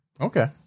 Okay